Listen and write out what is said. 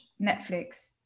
Netflix